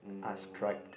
are striped